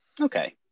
Okay